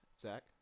Zach